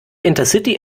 intercity